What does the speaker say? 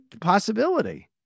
possibility